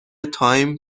تایم